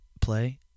play